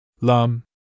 Lum